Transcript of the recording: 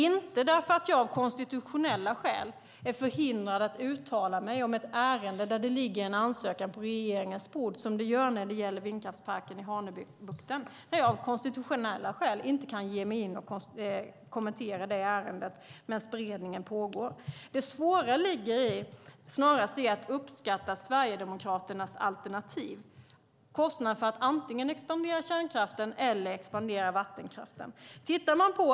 Det handlar inte om jag av konstitutionella skäl är förhindrad att uttala mig om ett ärende där det ligger en ansöka på regeringens bord, vilket det gör när det gäller vindkraftsparken i Hanöbukten, där jag av konstitutionella skäl inte kan kommentera det ärendet medan beredningen pågår. Det svåra ligger snarast i att uppskatta Sverigedemokraternas alternativ, det vill säga kostnaden för att antingen expandera kärnkraften eller expandera Vattenkraften.